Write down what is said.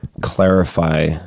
clarify